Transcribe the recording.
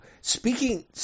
speaking